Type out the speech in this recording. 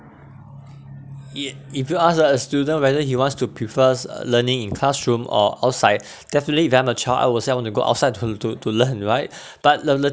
it if you ask the uh students whether he wants to prefers uh learning in classroom or outside definitely them a child I will say I want to go outside to to to learn right but the the